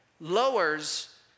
lowers